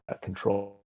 control